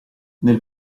nel